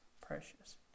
precious